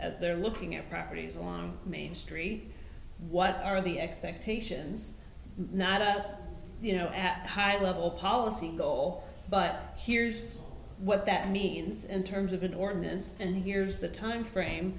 that they're looking at properties on main street what are the expectations not a you know at a high level policy goal but here's what that means in terms of an ordinance and here's the timeframe